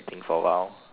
think for a while